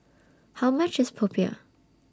How much IS Popiah